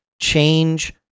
change